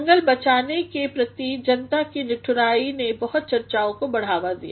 जंगल बचाने के प्रति जनता की निठुराई ने बहुत चर्चाओं को बढ़ावा दिया